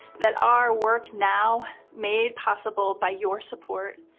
that our work now, made possible by your support,